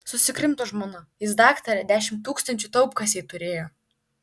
susikrimto žmona jis daktare dešimt tūkstančių taupkasėj turėjo